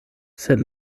sed